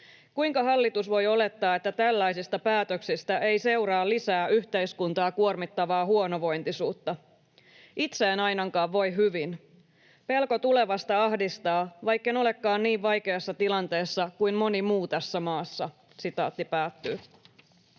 Kuinka hallitus voi olettaa, että tällaisesta päätöksestä ei seuraa lisää yhteiskuntaa kuormittavaa huonovointisuutta? Itse en ainakaan voi hyvin. Pelko tulevasta ahdistaa, vaikken olekaan niin vaikeassa tilanteessa kuin moni muu tässä maassa.” ”Työttömänä